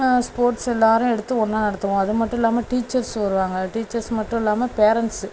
sports எல்லாரும் எடுத்து ஒன்னாக நடத்துவோம் அது மட்டும் இல்லாமல் டீச்சர்ஸ் வருவாங்க டீச்சர்ஸ் மட்டும் இல்லாமல் பேரண்ட்ஸு